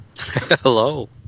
hello